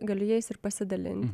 galiu jais ir pasidalinti